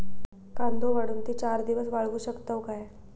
कांदो काढुन ती चार दिवस वाळऊ शकतव काय?